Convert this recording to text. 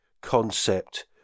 concept